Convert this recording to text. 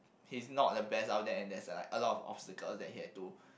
he's not the best out there and there's like a lot of obstacles that he have to